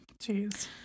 Jeez